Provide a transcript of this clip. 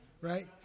right